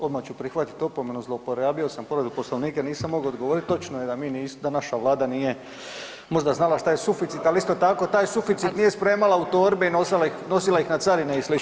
Odmah ću prihvatit opomenu, zlouporabio sam povredu Poslovnika jer nisam mogao odgovoriti, točno je da naša Vlada nije možda znala što je suficit ali isto tako taj suficit nije spremala ih u torbe i nosila ih na carine i slično.